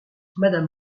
madame